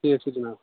ٹھیٖک چھُ جِناب